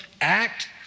act